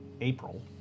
April